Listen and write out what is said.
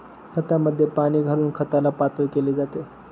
खतामध्ये पाणी घालून खताला पातळ केले जाते